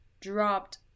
dropped